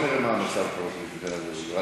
בוא נראה מה המצב פה: גנאים,